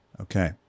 Okay